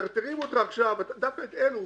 מטרטרים דווקא את אלה